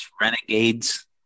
Renegades